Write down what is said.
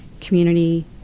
community